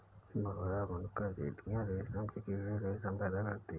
भूरा बुनकर चीटियां रेशम के कीड़े रेशम पैदा करते हैं